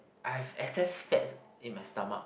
I have access fat in my stomach